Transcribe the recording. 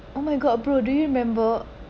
oh my god bro do you remember